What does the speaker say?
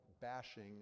bashing